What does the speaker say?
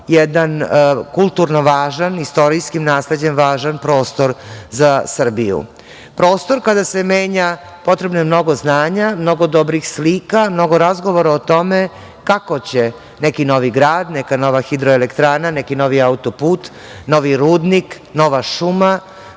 jedan kulturno važan, istorijskim nasleđem, važan prostor za Srbiju. Prostor kada se menja, potrebno je mnogo znanja, mnogo dobrih slika, mnogo razgovora o tome kako će neki novi grad, neka nova hidroelektrana, neki novi auto-put, novi rudnik, nova šuma,